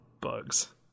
bugs